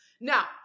Now